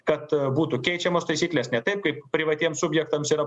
kad būtų keičiamos taisyklės ne taip kaip privatiems subjektams yra